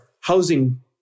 housing